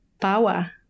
power